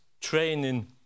training